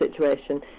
situation